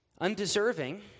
undeserving